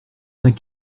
vingt